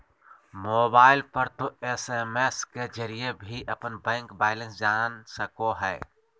mobile पर तों SMS के जरिए भी अपन बैंक बैलेंस जान सको हो